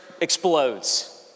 explodes